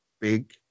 big